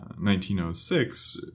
1906